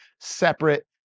separate